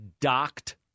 docked